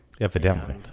evidently